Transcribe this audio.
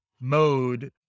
mode